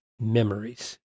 memories